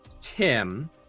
Tim